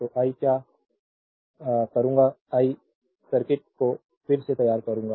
तो आई क्या करूँगा आई सर्किट को फिर से तैयार करूँगा